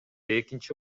экинчи